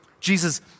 Jesus